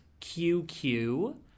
QQ